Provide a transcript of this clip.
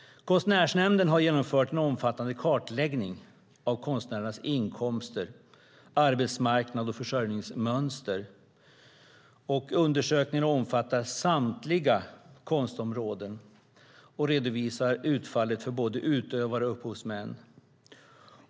Konstnärsnämnden har genomfört en omfattande kartläggning av konstnärernas inkomster, arbetsmarknad och försörjningsmönster. Undersökningarna omfattar samtliga konstområden och redovisar utfallet för både utövare och upphovsmän.